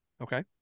Okay